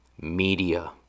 Media